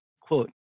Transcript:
quote